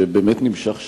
שבאמת נמשך שנים.